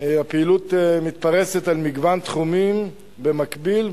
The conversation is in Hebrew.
הפעילות מתפרסת על מגוון תחומים במקביל,